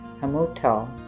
Hamutal